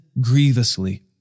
grievously